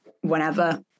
whenever